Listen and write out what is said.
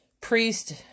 Priest